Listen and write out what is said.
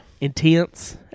intense